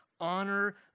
honor